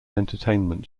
entertainment